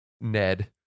Ned